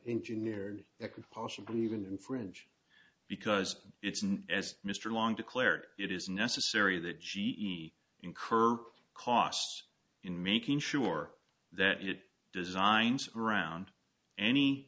engineered that could possibly even infringe because it's not as mr long declared it is necessary that g e incur costs in making sure that it designs around any